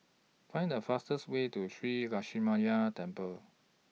Find The fastest Way to Shree Lakshminarayanan Temple